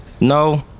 No